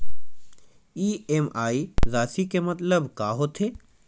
EMI राशि के मतलब का होथे?